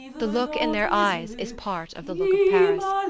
the look in their eyes is part of the look of paris.